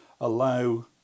allow